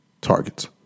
Targets